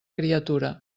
criatura